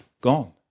gone